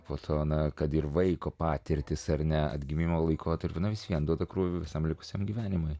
fotoną kad ir vaiko patirtis ar ne atgimimo laikotarpiu vis vien duoda krūvį visam likusiam gyvenimui